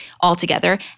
altogether